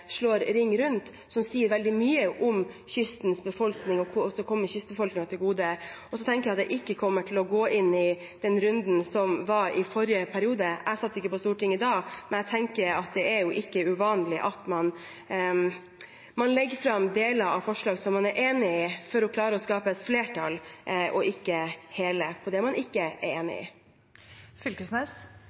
sier veldig mye om kystens befolkning, og som kommer kystbefolkningen til gode. Jeg kommer ikke til å gå inn i den runden som var i forrige periode, for jeg satt ikke på Stortinget da, men det er jo ikke uvanlig at man legger fram de deler av et forslag som man er enig i, for å klare å skape et flertall – og ikke hele forslaget, fordi det er deler man ikke er enig